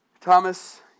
Thomas